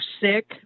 sick